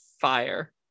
fire